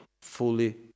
fully